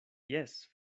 jes